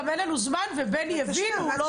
גם אין לנו זמן ובני הבין את השאלה.